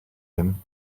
him